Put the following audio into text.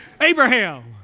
Abraham